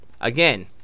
Again